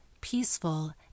peaceful